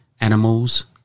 Animals